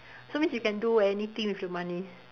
so means you can do anything with the money